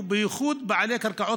ובייחוד בעלי קרקעות,